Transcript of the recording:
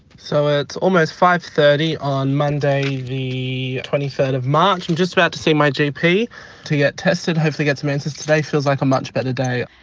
so it's almost five thirty on monday, the twenty third of march. i'm just about to see my gp to get tested. hopefully get some answers today. feels like a much better day.